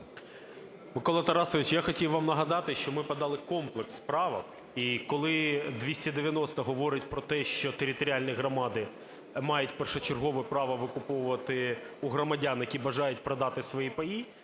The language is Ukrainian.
Микола Тарасович, я хотів вам нагадати, що ми подали комплекс правок. І коли 290-а говорить про те, що територіальні громади мають першочергове право викуповувати у громадян, які бажають продати свої паї,